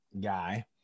guy